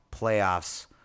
playoffs